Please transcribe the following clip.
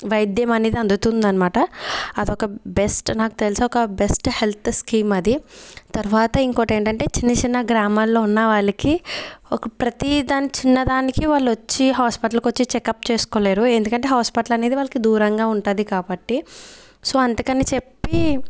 వైద్యం అనేది అందుతుంది అనమాట అదొక బెస్ట్ నాకు తెలిసి ఒక బెస్ట్ హెల్త్ స్కీం అది తర్వాత ఇంకోటి ఏంటంటే చిన్న చిన్న గ్రామాలలో ఉన్న వాళ్ళకి ఒక ప్రతీదాని చిన్న దానికి వాళ్ళు వచ్చి హాస్పటల్కి వచ్చి చెక్అప్ చేసుకోలేరు ఎందుకంటే హాస్పిటల్ అనేది వాళ్ళకి దూరంగా ఉంటది కాబట్టి సో అందుకని చెప్పి